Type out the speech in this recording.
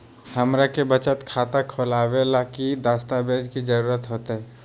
हमरा के बचत खाता खोलबाबे ला की की दस्तावेज के जरूरत होतई?